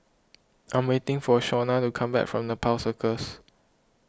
I am waiting for Shawnna to come back from Nepal Circus